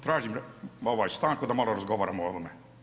Tražim stanku da malo razgovaramo o ovome.